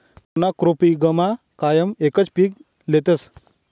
मोनॉक्रोपिगमा कायम एकच पीक लेतस